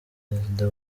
perezida